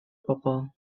bobl